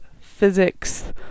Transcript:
physics